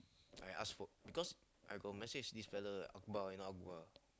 I ask for because I got message this fellow Akbar you know Akbar